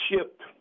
shipped